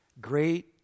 Great